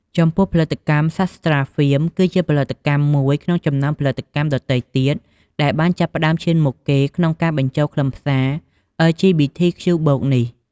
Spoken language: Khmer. ចំពោះផលិតកម្ម សាស្ត្រាហ្វៀម គឺជាផលិតកម្មមួយក្នុងចំណោមផលិតកម្មដទៃទៀតដែលបានចាប់ផ្តើមឈានមុខគេក្នុងការបញ្ចូលខ្លឹមសារ អិល ជី ប៊ី ធី ខ្ជូ បូក (LGBTQ+) នេះ។